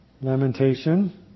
lamentation